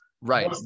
Right